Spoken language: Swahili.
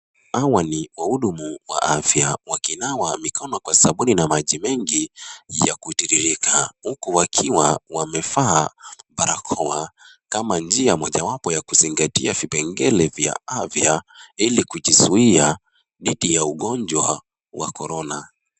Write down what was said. Hawa ni wahudumu wa afya, wakinawa mikono kwa sabuni na maji mengi ya kutiririka. Huku wakiwa wamevaa barakoa, kama njia mojewapo wa kuzingatia vipengele vya afya, ili kujizuia dhidi ya ugonjwa wa korona.